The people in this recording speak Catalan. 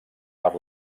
per